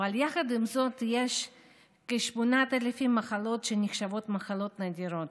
אבל יחד עם זאת יש כ-8,000 מחלות שנחשבות מחלות נדירות,